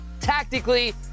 tactically